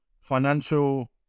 financial